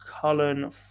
Cullen